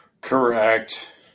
Correct